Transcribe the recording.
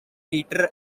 peter